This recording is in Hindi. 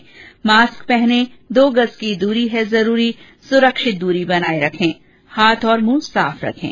मास्क पहनें दो गज़ की दूरी है जरूरी सुरक्षित दूरी बनाए रखें हाथ और मुंह साफ रखें